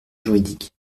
juridique